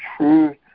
truth